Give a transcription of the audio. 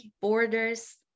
borders